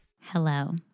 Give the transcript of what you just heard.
Hello